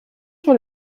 sur